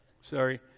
Sorry